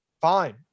fine